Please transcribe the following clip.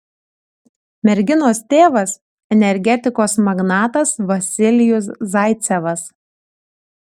merginos tėvas energetikos magnatas vasilijus zaicevas